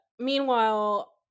Meanwhile